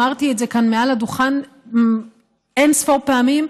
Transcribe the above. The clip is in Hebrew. אמרתי את זה כאן מעל לדוכן אין-סוף פעמים,